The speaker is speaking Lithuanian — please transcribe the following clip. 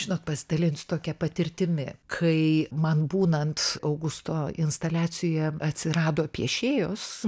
žinot pasidalinsiu tokia patirtimi kai man būnant augusto instaliacijoje atsirado piešėjos